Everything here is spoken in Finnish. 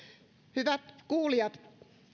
hyvät kuulijat